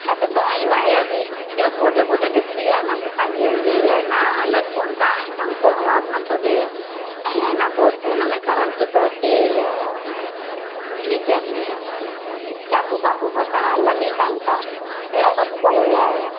हा त तव्हां इहे वायरिंग जा बोड वोड ॾिसी विया न त साॻियो ईअं आहे न हलनि कोन था पंखो हवा बि नथो ॾिए ऐं है न बोड हुन में करंट थो अचे या गीजर में चापो वापो बटण हलनि ई कान था कहिड़ो कम करे विया आयो